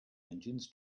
engines